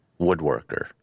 woodworker